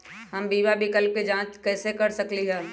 हम बीमा विकल्प के जाँच कैसे कर सकली ह?